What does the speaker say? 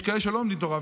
יש כאלה שלא לומדים תורה,